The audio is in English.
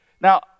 now